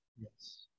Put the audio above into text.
Yes